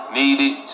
needed